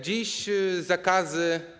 Dziś zakazy.